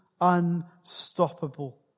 unstoppable